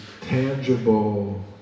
tangible